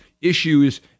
issues